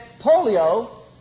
polio